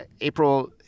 April